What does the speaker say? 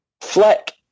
Fleck